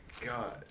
god